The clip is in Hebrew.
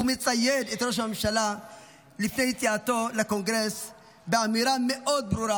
הוא מצייד את ראש הממשלה לפני יציאתו לקונגרס באמירה מאוד ברורה: